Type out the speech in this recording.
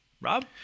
Rob